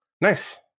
nice